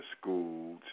school